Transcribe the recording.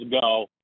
go